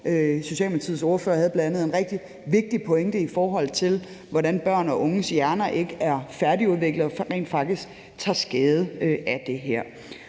Socialdemokratiets ordfører havde bl.a. en rigtig vigtig pointe i forhold til, hvordan børn og unges hjerner ikke er færdigudviklede og rent faktisk tager skade af det her.